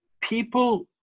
people